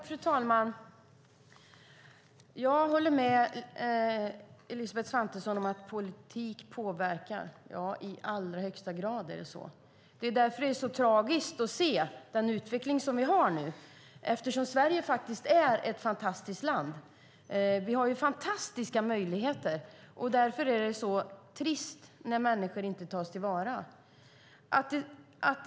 Fru talman! Jag håller med Elisabeth Svantesson om att politik påverkar. Så är det i allra högsta grad. Det är därför tragiskt att se den utveckling vi nu har, eftersom Sverige är ett fantastiskt land. Vi har fantastiska möjligheter, och därför är det trist när människor inte tas till vara.